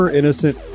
innocent